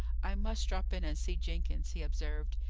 i must drop in and see jenkins, he observed.